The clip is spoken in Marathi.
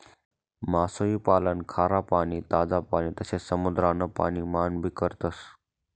मासोई पालन खारा पाणी, ताज पाणी तसे समुद्रान पाणी मान भी करतस